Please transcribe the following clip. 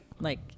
Like-